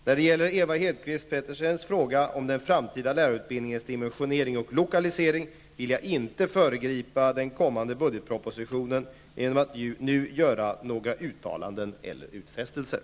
När det gäller Ewa Hedkvist Petersens fråga om den framtida lärarutbildningens dimensionering och lokalisering vill jag inte föregripa den kommande budgetpropositionen genom att nu göra några uttalanden eller utfästelser.